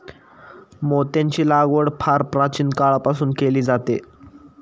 मोत्यांची लागवड फार प्राचीन काळापासून केली जाते